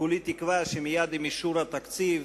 כולי תקווה שמייד עם אישור התקציב